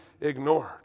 ignored